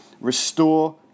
Restore